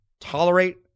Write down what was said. tolerate